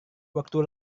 waktu